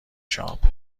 شاپ